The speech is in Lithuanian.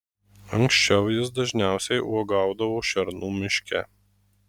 anksčiau jis dažniausiai uogaudavo šernų miške